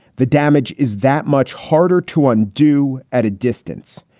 the damage is that much harder to undo at a distance.